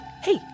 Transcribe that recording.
hey